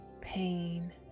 pain